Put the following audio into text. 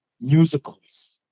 musicals